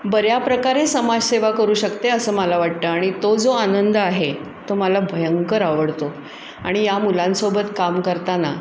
बऱ्याप्रकारे समाजसेवा करू शकते असं मला वाटतं आणि तो जो आनंद आहे तो मला भयंकर आवडतो आणि या मुलांसोबत काम करताना